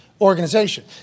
organization